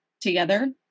together